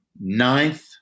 ninth